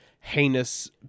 heinous